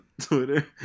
Twitter